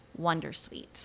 wondersuite